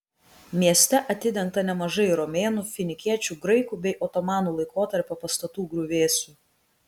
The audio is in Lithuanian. mieste atidengta nemažai romėnų finikiečių graikų bei otomanų laikotarpio pastatų griuvėsių